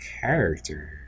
character